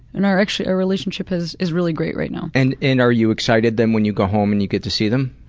and actually our relationship is is really great right now. and and are you excited then when you go home and you get to see them?